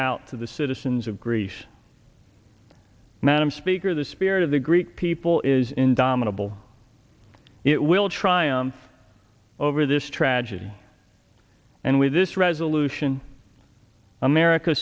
out to the citizens of greece madam speaker the spirit of the greek people is indomitable it will triumph over this tragedy and with this resolution america